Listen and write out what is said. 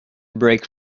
brake